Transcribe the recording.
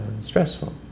stressful